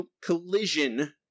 collision